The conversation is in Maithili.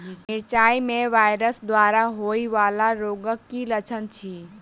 मिरचाई मे वायरस द्वारा होइ वला रोगक की लक्षण अछि?